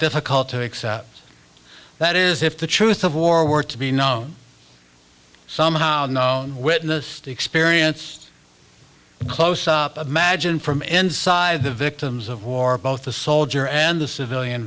difficult to accept that is if the truth of war were to be no somehow witnessed experienced close up imagine from inside the victims of war both the soldier and the civilian